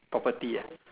property ah